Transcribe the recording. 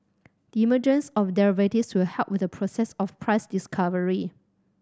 the emergence of derivatives will help with the process of price discovery